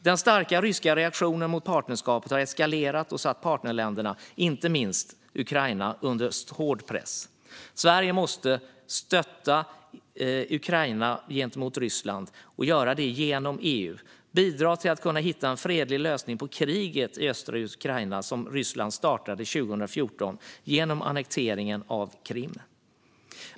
Den starka ryska reaktionen mot partnerskapet har eskalerat och satt partnerländerna, inte minst Ukraina, under hård press. Sverige måste stötta Ukraina gentemot Ryssland - det ska göras genom EU - och bidra till att hitta en fredlig lösning på kriget i östra Ukraina, som Ryssland startade 2014 genom annekteringen av Krim.